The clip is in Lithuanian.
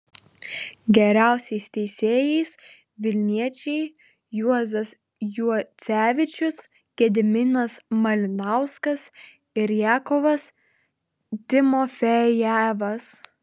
geriausiais teisėjais vilniečiai juozas juocevičius gediminas malinauskas ir jakovas timofejevas